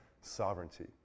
sovereignty